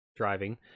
driving